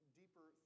deeper